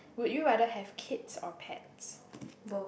would you rather have kids or pets